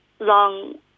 long